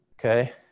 okay